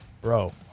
bro